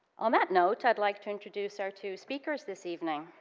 on that note, i'd like to introduce our two speakers this evening.